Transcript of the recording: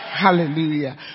Hallelujah